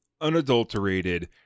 unadulterated